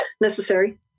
necessary